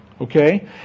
Okay